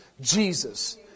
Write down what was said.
Jesus